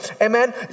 Amen